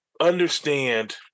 understand